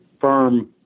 firm